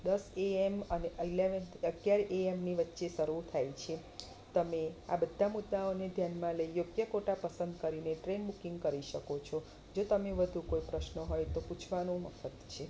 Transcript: દસ એએમ અને ઇલેવનથ અગિયાર એએમની વચ્ચે શરૂ થાય છે તમે આ બધા મુદ્દાઓ ધ્યાનમાં લઈ યોગ્ય કોટા પસંદ કરીને ટ્રેન બુકિંગ કરી શકો છો જો તમને વધુ કોઈ પ્રશ્ન હોય તો પૂછવાનું મફત છે